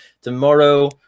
tomorrow